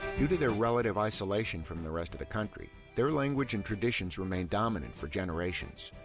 due to their relative isolation from the rest of the country, their language and traditions remained dominant for generations,